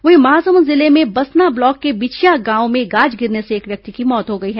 वहीं महासमुंद जिले में बसना ब्लॉक के बिछिया गांव में गाज गिरने से एक व्यक्ति की मौत हो गई है